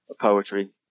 poetry